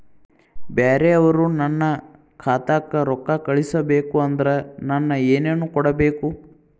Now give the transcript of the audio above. ಬ್ಯಾರೆ ಅವರು ನನ್ನ ಖಾತಾಕ್ಕ ರೊಕ್ಕಾ ಕಳಿಸಬೇಕು ಅಂದ್ರ ನನ್ನ ಏನೇನು ಕೊಡಬೇಕು?